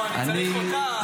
לא, אני צריך אותה.